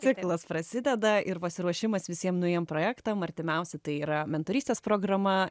ciklas prasideda ir pasiruošimas visiem naujiem projektam artimiausi tai yra mentorystės programa